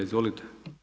Izvolite.